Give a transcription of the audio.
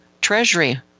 Treasury